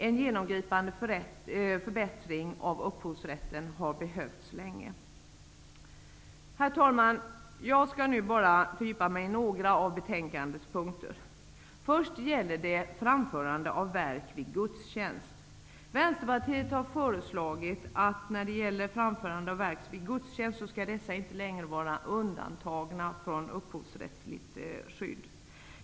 En genomgripande förbättring av upphovsrätten har behövts länge. Herr talman! Jag skall bara fördjupa mig i några av betänkandets punkter. Först gäller det Framförande av verk vid gudstjänst. Vänsterpartiet har föreslagit att verk som framförs vid gudstjänst inte längre skall vara undantagna från upphovsrättsligt skydd.